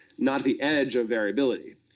not the edge of variability.